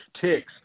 ticks